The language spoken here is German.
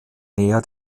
nähe